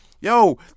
yo